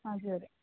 हजुर